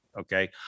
okay